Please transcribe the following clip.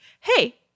hey